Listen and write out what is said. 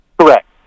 Correct